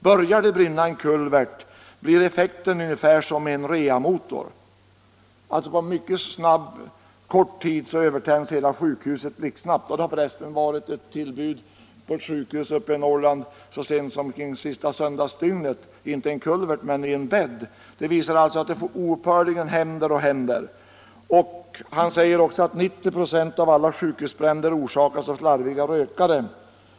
Börjar det att brinna i en kulvert blir effekten ungefär som i en reamotor.” På kort tid övertänds hela sjukhuset. Så sent som under det senaste söndagsdygnet var det ett tillbud på ett sjukhus i Norrland. Då gällde det inte en kulvert utan en bädd. Sådana här saker händer alltså oupphörligen. Den tekniske chefen säger vidare: ”90 procent av alla sjukhusbränder orsakas av slarviga rökare.